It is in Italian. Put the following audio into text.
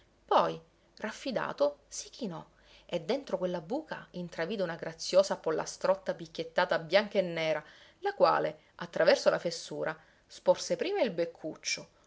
poi raffidato si chinò e dentro quella buca intravide una graziosa pollastrotta picchiettata bianca e nera la quale attraverso la fessura sporse prima il beccuccio